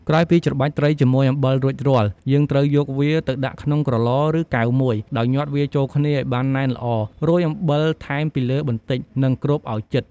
ក្រោយពីច្របាច់ត្រីជាមួយអំបិលរួចរាល់ យើងត្រូវយកវាទៅដាក់ក្នុងក្រឡ ឬ កែវមួយ ដោយញាត់វាចូលគ្នាឱ្យបានណែនល្អ រោយអំបិលថែមពីលើបន្តិច និង គ្របឱ្យជិត។